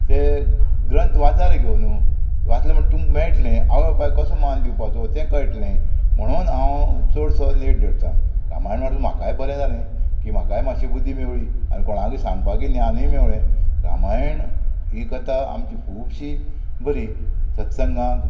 तें ग्रंथ वाचा रे घेवुनू वाचले म्हणटकर तुमकां मेळटलें आवय बापायक कसो मान दिवपाचो तें कळटलें म्हणून हांव चडसो नेट धरतां रामायण वाचून म्हाकाय बरें जालें की म्हाकाय मात्शी बुद्धी मेवळी आनी कोणाकूय सांगपाकय ज्ञानूय मेवलें रामायण ही कथा आमची खुबशी बरी सत्संगाक